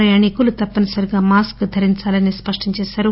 ప్రయాణికులు తప్పనిసరిగా మాస్క్ ధరించాలనీ స్పష్టం చేశారు